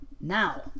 Now